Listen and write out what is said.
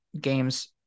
games